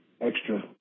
extra